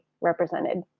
represented